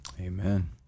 Amen